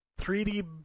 3D